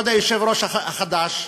כבוד היושב-ראש החדש,